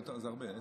זה הרבה.